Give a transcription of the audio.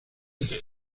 ist